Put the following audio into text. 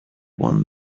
one